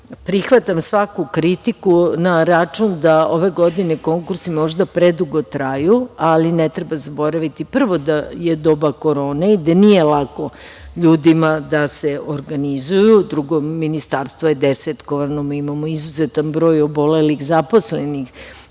Prihvatam svaku kritiku na račun da ove godine možda konkursi predugo traju, ali ne treba zaboraviti prvo da je doba korone i da nije lako ljudima da se organizuju. Drugo, Ministarstvo je desetkovano, imamo izuzetan broj obolelih zaposlenih